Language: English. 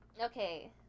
okay